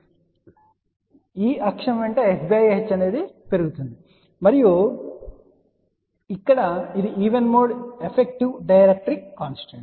మరియు ఈ అక్షం వెంట s h పెరుగుతోంది మరియు ఇక్కడ ఇది even mode effective dielectric constant